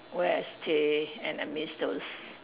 where I stay and I missed those